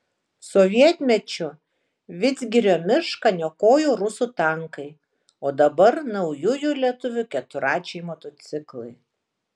sovietmečiu vidzgirio mišką niokojo rusų tankai o dabar naujųjų lietuvių keturračiai motociklai